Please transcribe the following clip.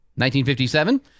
1957